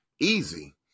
Easy